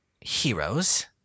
heroes